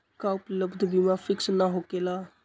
का उपलब्ध बीमा फिक्स न होकेला?